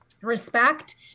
respect